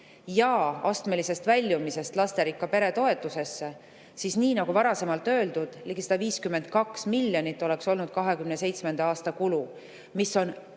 ja astmelisest väljumisest lasterikka pere toetuse [saamisest]. Nii nagu varasemalt öeldud, ligi 152 miljonit oleks olnud 2027. aasta kulu – mis on